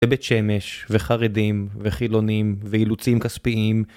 בבית שמש וחרדים וחילונים ואילוצים כספיים